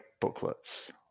booklets